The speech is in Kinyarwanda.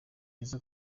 izo